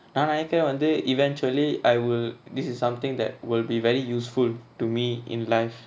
நா நெனைகுர வந்து:na nenaikura vanthu eventually I will this is something that will be very useful to me in life